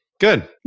Good